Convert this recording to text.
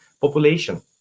population